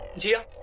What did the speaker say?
jia!